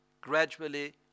gradually